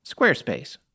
Squarespace